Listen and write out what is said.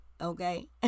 okay